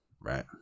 Right